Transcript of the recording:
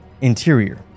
Interior